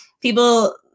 people